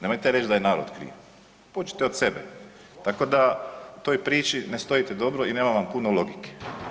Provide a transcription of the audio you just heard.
Nemojte reći da je narod kriv, pođite od sebe, tako da u toj priči ne stojite dobro i nema vam puno logike.